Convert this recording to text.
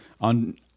on